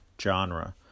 genre